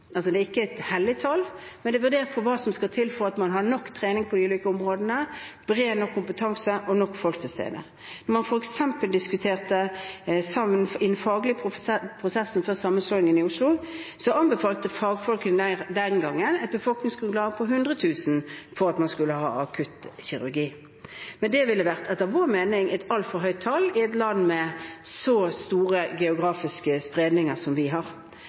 et hellig tall. Det er vurdert ut fra hva som skal til for at man har nok trening på de ulike områdene, har bred nok kompetanse og har nok folk til stede. Da man f.eks. diskuterte den faglige prosessen før sammenslåingen i Oslo, anbefalte fagfolkene den gangen et befolkningsgrunnlag på 100 000 for at man skulle ha akuttkirurgi, men det ville etter vår mening vært et altfor høyt tall i et land med så stor geografisk spredning som vi har.